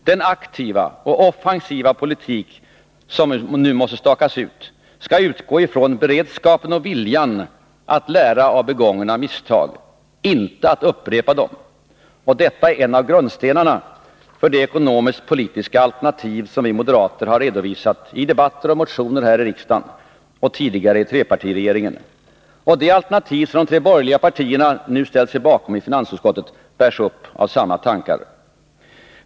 Den aktiva och offensiva politik som nu måste stakas ut skall utgå från beredskapen och viljan att lära av begångna misstag — inte att upprepa dem. Detta är en av grundstenarna för det ekonomisk-politiska alternativ som vi moderater har redovisat i debatter och motioner här i riksdagen och tidigare i trepartiregeringen. Det alternativ som de tre borgerliga partierna nu ställt sig bakom i finansutskottet bärs upp av samma tankar.